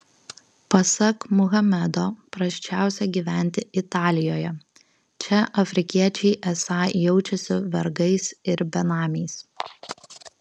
pasak muhamedo prasčiausia gyventi italijoje čia afrikiečiai esą jaučiasi vergais ir benamiais